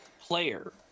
player